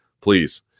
please